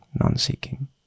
non-seeking